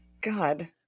God